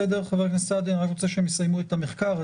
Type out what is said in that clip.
חבר הכנסת סעדי, אני רק רוצה שהם יסיימו את המחקר.